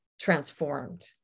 transformed